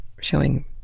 showing